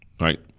right